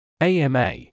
AMA